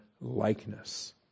likeness